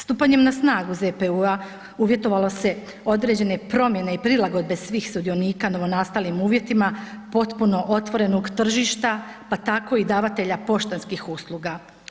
Stupanjem na snagu ZPU-a uvjetovalo se određene promjene i prilagodbe svih sudionika novonastalim uvjetima potpuno otvorenog tržišta pa tako i davanja poštanskih usluga.